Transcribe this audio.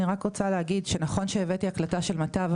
אני רק רוצה להגיד שנכון שהבאתי הקלטה של מטב,